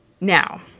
Now